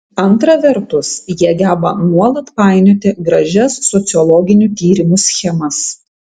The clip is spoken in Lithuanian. antra vertus jie geba nuolat painioti gražias sociologinių tyrimų schemas